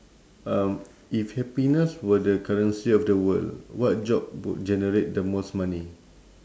um if happiness were the currency of the world what job would generate the most money